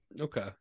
Okay